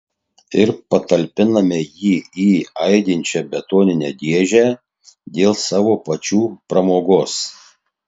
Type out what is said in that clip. ir patalpiname jį į aidinčią betoninę dėžę dėl savo pačių pramogos